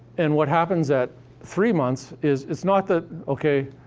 and what happens at three months is it's not that okay,